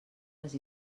les